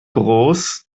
groß